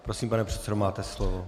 Prosím, pane předsedo, máte slovo.